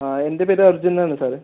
ആ എൻ്റെ പേര് അർജുൻ എന്നാണ് സാറേ